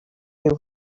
you